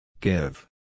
Give